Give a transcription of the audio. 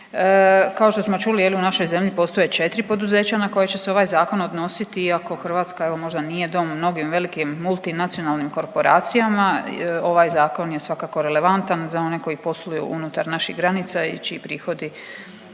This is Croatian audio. Kao što smo čuli je li, u našoj zemlji postoje 4 poduzeća na koje će se ovaj zakon odnositi, iako Hrvatska evo možda nije dom mnogim velikim multinacionalnim korporacijama, ovaj zakon je svakako relevantan za one koji posluju unutar naših granica i čiji prihodi